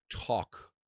talk